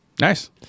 Nice